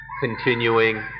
continuing